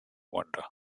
wonder